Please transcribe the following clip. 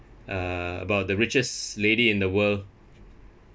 uh about the richest lady in the world